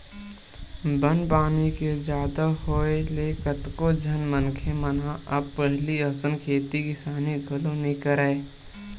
बन पानी के जादा होय ले कतको झन मनखे मन ह अब पहिली असन खेती किसानी घलो नइ करय